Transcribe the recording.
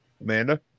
Amanda